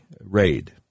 raid